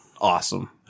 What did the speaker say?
awesome